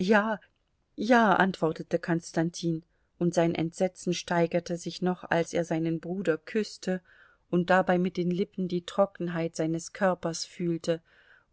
ja ja antwortete konstantin und sein entsetzen steigerte sich noch als er seinen bruder küßte und dabei mit den lippen die trockenheit seines körpers fühlte